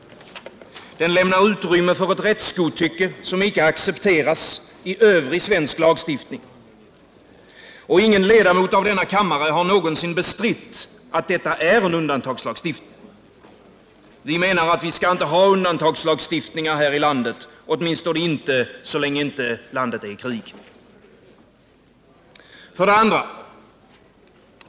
Den lämnar utrymme för ett rättsgodtycke som icke accepteras i övrig svensk lagstiftning. Ingen ledamot av denna kammare har någonsin bestritt att detta är en undantagslagstiftning. Vi skall inte ha undantagslagstiftningar här i landet — åtminstone inte så länge landet inte är i krig. För det andra.